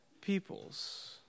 peoples